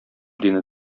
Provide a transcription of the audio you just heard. дине